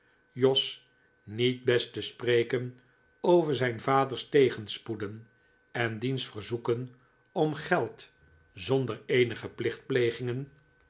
jos niet best te spreken over zijn vaders tegenspoeden en diens verzoeken om geld zonder eenige